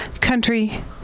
country